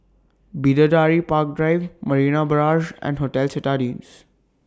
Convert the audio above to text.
Bidadari Park Drive Marina Barrage and Hotel Citadines